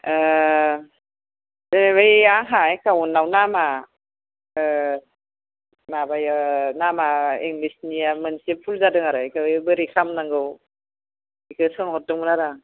जे बै आंहा एकाउन्टआव मुङा माबाया मुङा इंलिसनिया मोनसे भुल जादों आरो बेखौ बोरै खालामनांगौ बेखौ सोंहरदोंमोन आरो आं